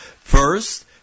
First